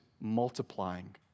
multiplying